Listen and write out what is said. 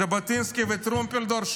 ז'בוטינסקי וטרומפלדור,